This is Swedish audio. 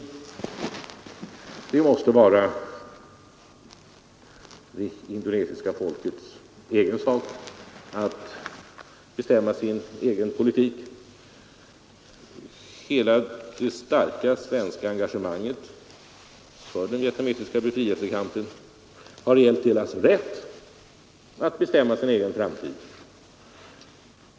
Det måste vara de indokinesiska folkens egen sak att bestämma sin politik. Hela det starka svenska engagemanget för den vietnamesiska befrielsekampen har gällt det vietnamesiska folkets rätt att bestämma sin egen framtid.